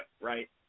right